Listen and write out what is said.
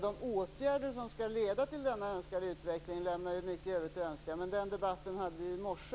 De åtgärder som skall leda till denna önskade utveckling lämnar mycket övrigt att önska, men den debatten hade vi ju i morse.